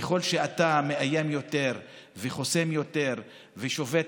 ככל שאתה מאיים יותר וחוסם יותר ושובת